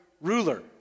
ruler